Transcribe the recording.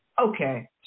Okay